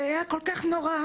זה היה כול כך נורא.